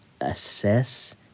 assess